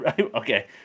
Okay